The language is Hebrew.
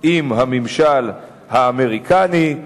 עם הממשל האמריקני,